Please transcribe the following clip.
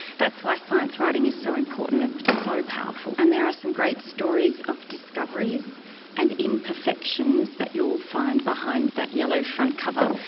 that's why science writing is so important and ah so powerful. and there are some great stories of discoveries and imperfections that you'll find behind that yellow front cover.